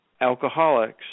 alcoholics